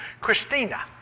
Christina